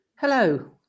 Hello